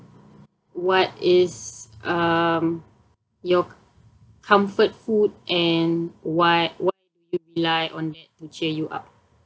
what is um your c~ comfort food and what be like on to cheer you up